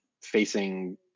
facing